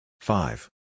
Five